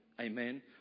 Amen